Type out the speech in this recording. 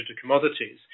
commodities